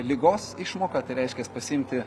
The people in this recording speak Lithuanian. ligos išmoką tai reiškias pasiimti